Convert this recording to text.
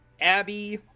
abby